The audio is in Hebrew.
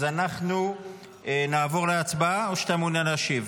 אז אנחנו נעבור להצבעה, או שאתה מעוניין להשיב?